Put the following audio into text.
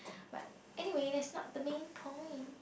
but anyway that's not the main point